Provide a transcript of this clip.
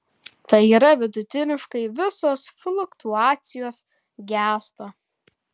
tai yra vidutiniškai visos fluktuacijos gęsta